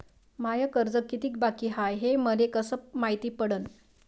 माय कर्ज कितीक बाकी हाय, हे मले कस मायती पडन?